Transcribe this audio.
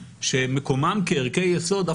שאף אחד לא חולק על מקומם כערכי יסוד.